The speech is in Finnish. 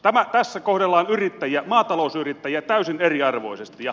tässä kohdellaan maatalousyrittäjiä täysin eriarvoisesti